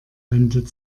wendet